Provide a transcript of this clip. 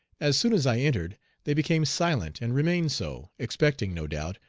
as soon as i entered they became silent and remained so, expecting, no doubt,